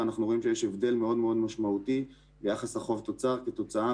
אנחנו רואים שיש הבדל מאוד מאוד משמעותי ביחס החוב-תוצר כתוצאה